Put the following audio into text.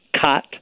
cut